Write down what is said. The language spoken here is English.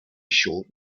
short